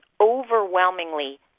overwhelmingly